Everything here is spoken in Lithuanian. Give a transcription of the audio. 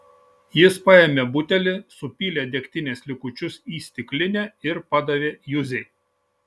jis paėmė butelį supylė degtinės likučius į stiklinę ir padavė juzei